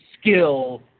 skill